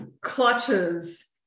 clutches